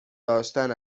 داشتن